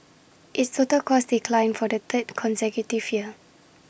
its total costs declined for the third consecutive year